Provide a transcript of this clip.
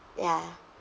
ya